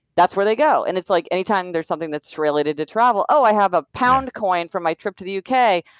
that's where they go, and it's like anytime there's something that's related to travel, oh, i have a pound coin from my trip to the uk.